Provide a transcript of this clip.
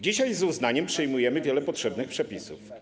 Dzisiaj z uznaniem przyjmujemy wiele potrzebnych przepisów.